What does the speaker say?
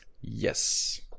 Yes